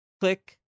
Click